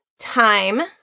Time